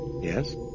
Yes